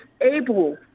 able